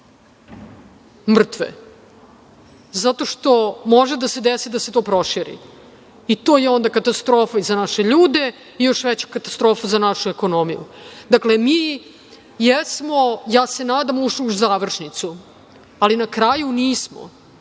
Zato što može da se desi da se to proširi i to je onda katastrofa i za naše ljude i još veća katastrofa za našu ekonomiju. Dakle, mi jesmo, ja se nadam ušli u završnicu, ali na kraju nismo.